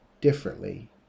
differently